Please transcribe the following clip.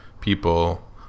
people